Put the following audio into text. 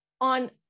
on